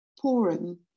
pouring